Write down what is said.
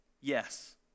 Yes